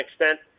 extent